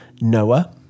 Noah